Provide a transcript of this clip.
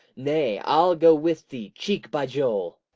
nay, i'll go with thee, cheek by jowl.